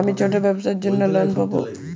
আমি ছোট ব্যবসার জন্য লোন পাব?